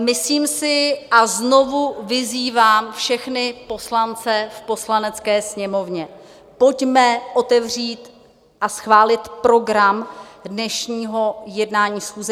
Myslím si a znovu vyzývám všechny poslance v Poslanecké sněmovně: Pojďme otevřít a schválit program dnešního jednání schůze.